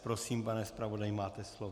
Prosím, pane zpravodaji, máte slovo.